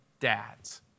dads